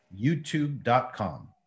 YouTube.com